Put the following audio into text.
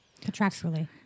Contractually